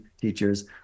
teachers